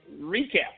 recap